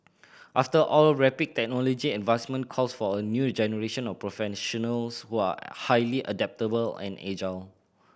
after all rapid technology advancement call for a new generation of professionals who are highly adaptable and agile